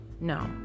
no